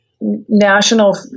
national